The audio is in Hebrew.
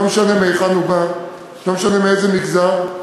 לא משנה מהיכן הוא בא, לא משנה מאיזה מגזר.